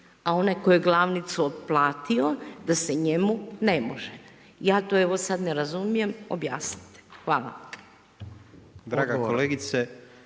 a onaj tko je glavnicu otplatio da se njemu ne može. I ja to evo sada ne razumijem, objasnite, hvala.